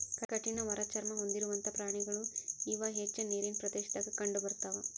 ಕಠಿಣ ಒರಟ ಚರ್ಮಾ ಹೊಂದಿರುವಂತಾ ಪ್ರಾಣಿಗಳು ಇವ ಹೆಚ್ಚ ನೇರಿನ ಪ್ರದೇಶದಾಗ ಕಂಡಬರತಾವ